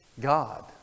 God